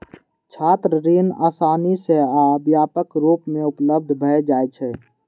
छात्र ऋण आसानी सं आ व्यापक रूप मे उपलब्ध भए जाइ छै